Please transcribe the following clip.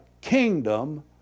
kingdom